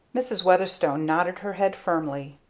mrs. weatherstone nodded her head firmly.